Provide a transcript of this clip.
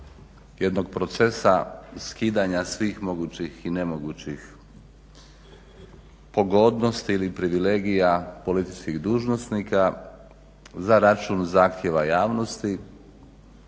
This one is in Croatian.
jednog procesa skidanja svih mogućih i nemogućih pogodnosti ili privilegija političkih dužnosnika za račun zahtjeva javnosti,